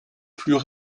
plus